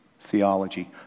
theology